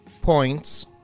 points